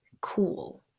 cool